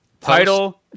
title